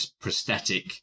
prosthetic